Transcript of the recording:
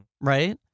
right